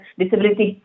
disability